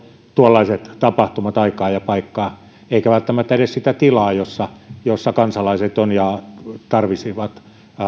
tuollaiset tapahtumat katso aikaa ja paikkaa eivätkä välttämättä edes sitä tilaa jossa jossa kansalaiset ovat ja tarvitsisivat